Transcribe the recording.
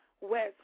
West